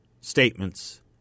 statements